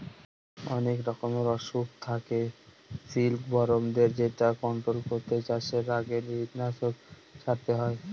অনেক রকমের অসুখ থাকে সিল্কবরমদের যেটা কন্ট্রোল করতে চাষের আগে কীটনাশক ছড়াতে হয়